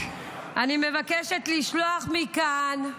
אני מבקשת לשלוח מכאן,